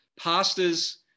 pastors